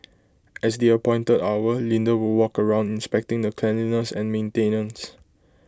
as the appointed hour Linda would walk around inspecting the cleanliness and maintenance